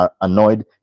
annoyed